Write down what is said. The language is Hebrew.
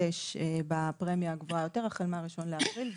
מתחדש בפרמיה הגבוהה יותר החל מה-1 באפריל,